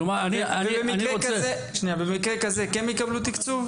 ובמקרה כזה הם כן יקבלו תקצוב?